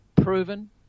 proven